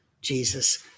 Jesus